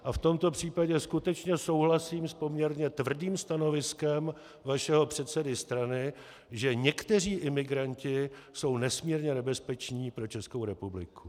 A v tomto případě skutečně souhlasím s poměrně tvrdým stanoviskem vašeho předsedy strany, že někteří imigranti jsou nesmírně nebezpeční pro Českou republiku.